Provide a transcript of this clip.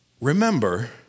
remember